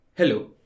Hello